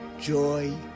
joy